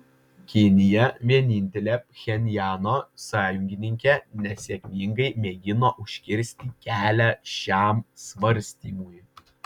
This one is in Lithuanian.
kinija vienintelė pchenjano sąjungininkė nesėkmingai mėgino užkirsti kelią šiam svarstymui